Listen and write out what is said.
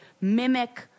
mimic